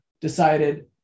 decided